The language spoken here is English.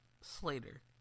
Slater